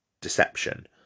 deception